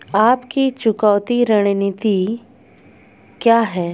आपकी चुकौती रणनीति क्या है?